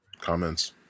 Comments